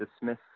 dismiss